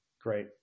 Great